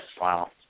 wow